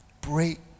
Break